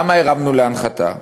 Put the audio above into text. למה הרמנו להנחתה?